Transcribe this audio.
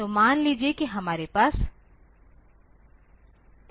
तो मान लीजिए कि हमारे पास ऐसी स्थिति है